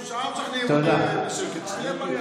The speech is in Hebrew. אנחנו שעה משכנעים אותה שתהיה בשקט.